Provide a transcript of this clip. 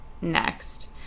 next